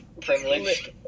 privileged